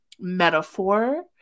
metaphor